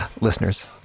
listeners